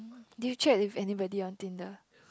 did you chat with anybody on Tinder